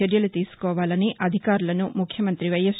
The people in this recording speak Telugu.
చర్యలు తీసుకోవాలని అధికారులను ముఖ్యమంత్రి వైఎస్